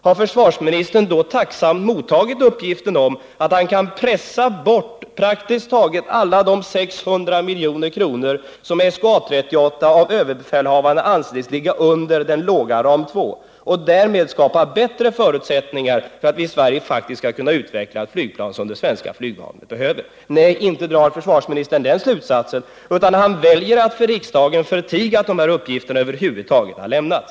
Har försvarsministern tacksamt tagit emot uppgiften om att han kan pressa bort praktiskt taget hela beloppet 600 milj.kr., med vilket SK 38/A 38 av överbefälhavaren anses ligga över den lägre planeringsnivån, och därmed skapa bättre förutsättningar för att vi i Sverige faktiskt skall kunna utveckla ett flygplan som det svenska flygvapnet behöver? Nej, försvarsministern drar inte några sådana slutsatser, utan han väljer att för riksdagen förtiga att de här uppgifterna över huvud taget har lämnats.